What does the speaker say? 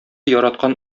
яраткан